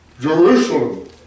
Jerusalem